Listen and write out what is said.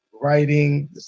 writing